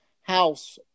house